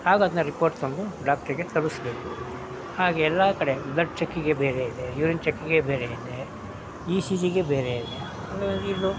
ಆಗ ಅದನ್ನ ರಿಪೋರ್ಟ್ ತಂದು ಡಾಕ್ಟ್ರಿಗೆ ತೋರಿಸ್ಬೇಕು ಹಾಗೆ ಎಲ್ಲ ಕಡೆ ಬ್ಲಡ್ ಚೆಕ್ಕಿಗೆ ಬೇರೆ ಇದೆ ಯೂರಿನ್ ಚೆಕ್ಕಿಗೆ ಬೇರೆ ಇದೆ ಇ ಸಿ ಜಿಗೆ ಬೇರೆ ಇದೆ ಹಾಗಾಗಿ ಇದು